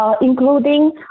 including